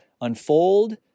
unfold